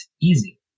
easy